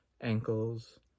ankles